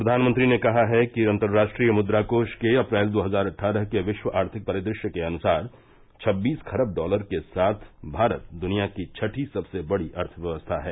प्रधानमंत्री ने कहा है कि अंतर्राष्ट्रीय मुद्राकोष के अप्रैल दो हजार अट्ठारह के विश्व आर्थिक परिदृश्य के अनुसार छब्बीस खरब डॉलर के साथ भारत दुनिया की छठी सबसे बड़ी अर्थव्यवस्था है